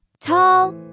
Tall